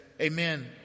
amen